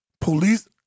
Police